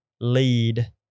lead